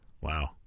Wow